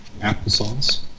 applesauce